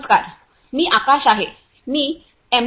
नमस्कार मी आकाश आहे मी एम